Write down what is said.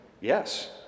Yes